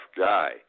guy